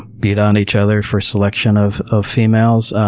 beat on each other for selection of of females.